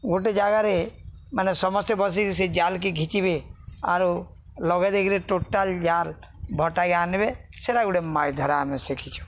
ଗୋଟେ ଜାଗାରେ ମାନେ ସମସ୍ତେ ବସିକି ସେ ଜାଲକେ ଘିଚିବେ ଆରୁ ଲଗେଇ ଦେଇକିରି ଟୋଟାଲ ଜାଲ ଭଟକ ଆଣିବେ ସେଟା ଗୋଟେ ମାଛ୍ ଧରା ଆମେ ଶିଖିଛୁ